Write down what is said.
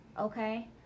okay